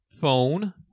phone